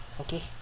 okay